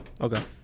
Okay